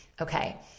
okay